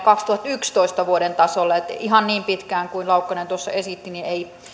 kaksituhattayksitoista tasolle niin että ihan niin pitkään kuin laukkanen tuossa esitti ei